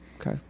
okay